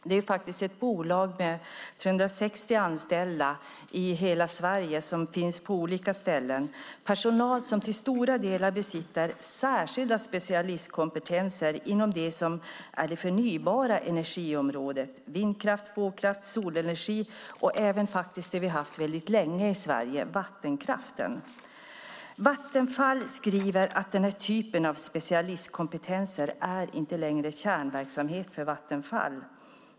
Det är ett bolag med 360 anställda som finns på olika platser i Sverige. Här finns personal som till stora delar besitter särskilda specialistkompetenser inom det förnybara energiområdet: vindkraft, vågkraft, solenergi - och vattenkraft som vi haft länge i Sverige. Vattenfall skriver att denna typ av specialistkompetenser inte längre är kärnverksamhet för bolaget.